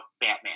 Batman